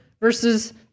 versus